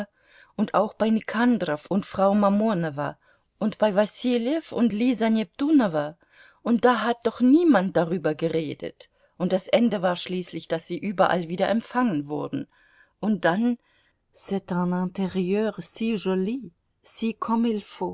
und auch bei nikandrow und frau mamonowa und bei wasiljew und lisa neptunowa und da hat doch niemand darüber geredet und das ende war schließlich daß sie überall wieder empfangen wurden und dann